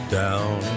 down